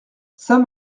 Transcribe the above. saint